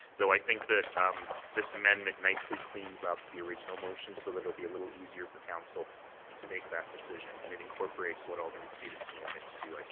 though i think that this amendment nicely cleans up the original motion so that it will be a little easier for counsel to make that decision and it incorporates what alderman stevenson wanted to to like